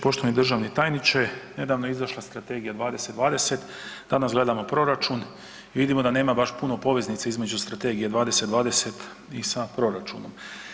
Poštovani državni tajniče nedavno je izašla strategija 20 20, danas gledamo proračun i vidimo da nema baš puno poveznica između strategije 20 20 i sam proračun.